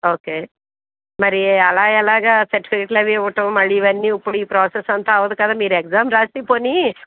okay మరి అలా ఎలాగ సర్టిఫికేట్లు అవి ఇవ్వటం మళ్ళీ ఇవన్నీ ఇప్పుడు ఈ ప్రాసెస్ అంతా అవ్వదు కదా మీరు ఎక్సామ్ రాసి పోని